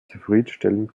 zufriedenstellend